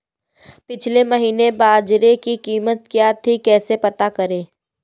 पिछले महीने बाजरे की कीमत क्या थी कैसे पता करें?